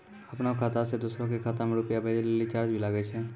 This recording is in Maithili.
आपनों खाता सें दोसरो के खाता मे रुपैया भेजै लेल चार्ज भी लागै छै?